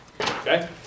Okay